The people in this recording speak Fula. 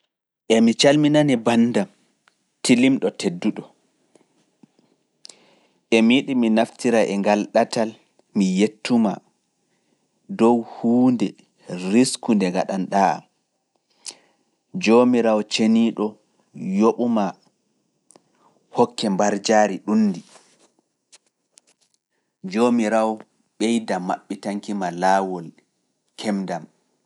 Emi calminani banndam tilimɗo tedduɗo. Emi yiɗi mi naftira e ngal ɗatal mi yettuma dow huunde risku nde ngaɗanɗaa am. Joomiraawo ceniiɗo yoɓu maa hokke mbarjaari ɗum ndi. Joomiraawo ɓeyda maɓɓitanki ma laawol kemdam.